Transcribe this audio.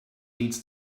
leads